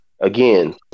Again